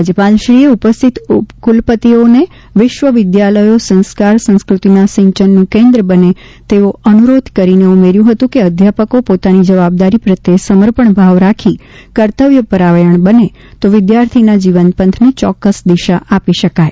રાજયપાલશ્રી એ ઉપસ્થિત કુલપતિશ્રીઓને વિશ્વ વિદ્યાલયો સંસ્કાર સંસ્કૃતિના સિંચનનું કેન્દ્ર બને તેવો અનુરોધ કરી ઉમેર્યુ હતું કે અધ્યાપકો પોતાની જવાબદારી પ્રત્યે સમર્પણભાવ રાખી કર્તવ્યપરાયણ બને તો વિદ્યાર્થીના જીવનપંથને ચોકકસ દિશા આપી શકાય